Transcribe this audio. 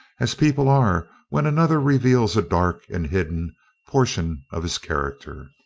as people are when another reveals a dark and hidden portion of his character.